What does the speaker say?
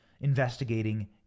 investigating